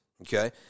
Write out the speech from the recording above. okay